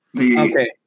okay